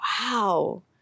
wow